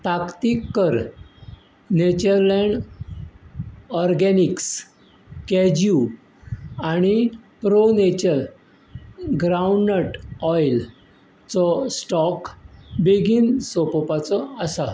ताकतीक कर Natureland Organics cashew आनी प्रो नेचर ग्रावंडनट ऑयलचो स्टॉक बेगीन सोंपोवपाचो आसा